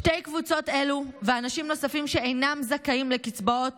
שתי קבוצות אלו ואנשים נוספים שאינם זכאים לקצבאות